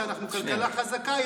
שאנחנו כלכלה חזקה,